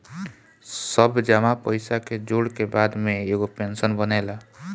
सब जमा पईसा के जोड़ के बाद में एगो पेंशन बनेला